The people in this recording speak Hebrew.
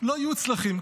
לא יוצלחים.